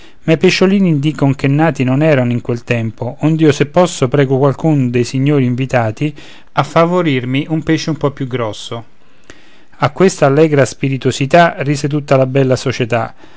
ma i pesciolini dicono che nati non erano in quel tempo ond'io se posso prego qualcun dei signori invitati a favorirmi un pesce un po più grosso a questa allegra spiritosità rise tutta la bella società